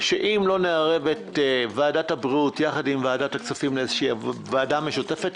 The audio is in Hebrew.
שאם לא נערב את ועדת הבריאות יחד עם ועדת הכספים לאיזושהי ועדה משותפת,